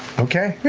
okay,